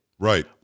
Right